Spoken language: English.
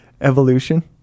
evolution